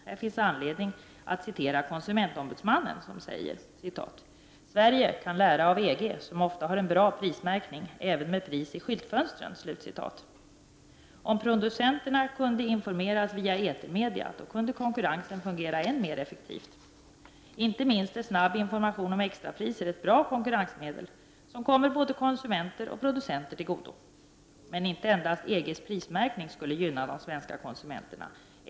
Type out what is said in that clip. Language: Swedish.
Här finns anledning att citera konsumentombudsmannen: ”Sverige kan lära av EG som ofta har en bra prismärkning även med pris i skyltfönstren.” Om producenterna kunde informeras via etermedia, skulle konkurrensen fungera än mer effektivt. Inte minst är snabb information om extrapriser ett bra konkurrensmedel, som kommer både konsumenter och producenter till godo. Men inte endast EG:s prismärkning skulle gynna de svenska konsumenterna.